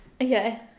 Okay